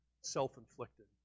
self-inflicted